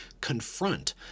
confront